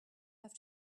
have